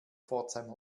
pforzheim